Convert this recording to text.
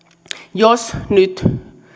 jos nyt